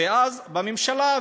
ואז בממשלה,